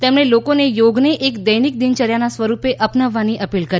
તેમણે લોકોને યોગને એક દૈનિક દિનચર્યાના સ્વરૂપે અપનાવવાની અપીલ કરી